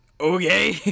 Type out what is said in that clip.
Okay